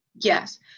yes